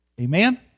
Amen